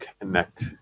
connect